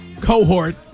cohort